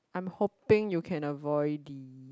I am hoping you can avoid the